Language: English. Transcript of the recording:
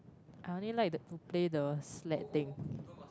I only like to play the sled thing